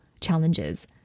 challenges